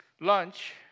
lunch